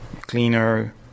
cleaner